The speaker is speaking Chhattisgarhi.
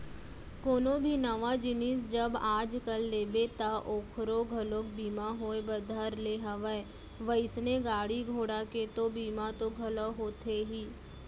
कोनो भी नवा जिनिस जब आज कल लेबे ता ओखरो घलोक बीमा होय बर धर ले हवय वइसने गाड़ी घोड़ा के तो बीमा तो घलौ होथे ही